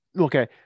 Okay